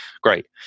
great